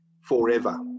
forever